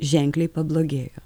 ženkliai pablogėjo